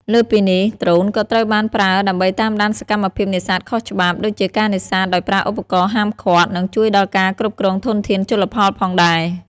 លើសពីនេះ ដ្រូនក៏ត្រូវបានប្រើដើម្បីតាមដានសកម្មភាពនេសាទខុសច្បាប់ ដូចជាការនេសាទដោយប្រើឧបករណ៍ហាមឃាត់ និងជួយដល់ការគ្រប់គ្រងធនធានជលផលផងដែរ។